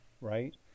right